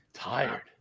Tired